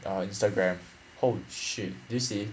err instagram oh shit do you see